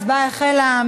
ההצבעה החלה.